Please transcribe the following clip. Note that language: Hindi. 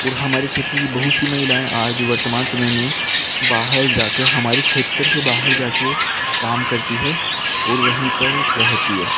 और हमारे क्षेत्र की बहुत सी महिलाएँ आज वर्तमान समय में बाहर जाकर हमारे क्षेत्र से बाहर जाके काम करती हैं ओर वहीं पर रहती हैं